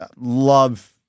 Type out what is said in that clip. love